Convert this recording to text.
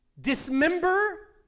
dismember